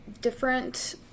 different